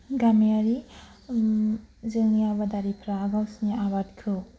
गामियारि जोंनि आबादारिफ्रा गावसोरनि आबादखौ